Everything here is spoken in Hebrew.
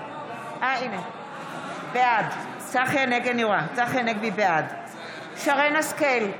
בעד שרן מרים השכל,